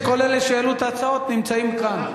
יש לציין שכל אלה שהעלו את ההצעות נמצאים כאן.